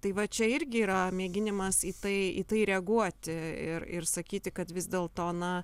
tai va čia irgi yra mėginimas į tai į tai reaguoti ir ir sakyti kad vis dėlto na